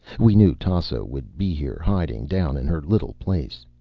we knew tasso would be here, hiding down in her little place.